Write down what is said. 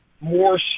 more